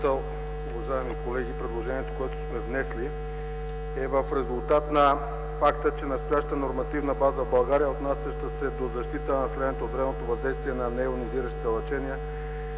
председател. Уважаеми колеги! Предложението, което сме внесли, е в резултат на факта, че настоящата нормативна база в България, отнасяща се до защита на населението от вредното въздействие на нейонизиращите лъчения,